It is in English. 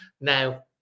Now